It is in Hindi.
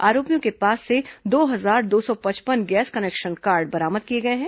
आरोपियों के पास से दो हजार दो सौ पचपन गैस कनेक्शन कार्ड बरामद किए गए हैं